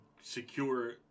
secure